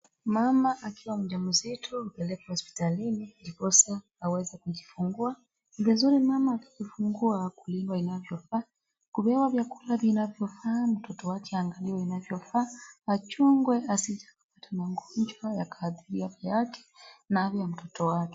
Mama akiwa mjamzito mpeleke hospitalini ndiposa aweze kujifungua. Vizuri mama akijifungua akuliwe anachofaa, kupewa vyakula vinavyofaa, mtoto wake angaliwe inavyofaa, achungwe asipate magonjwa ya kadhia yake nawe mtoto wake.